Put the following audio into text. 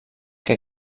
que